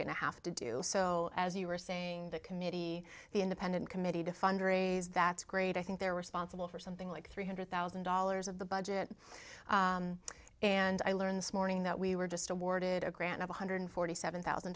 to have to do so as you were saying the committee the independent committee to fundraise that's great i think they're responsible for something like three hundred thousand dollars of the budget and i learned this morning that we were just awarded a grant of one hundred forty seven thousand